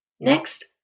Next